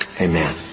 Amen